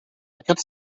aquest